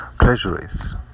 treasuries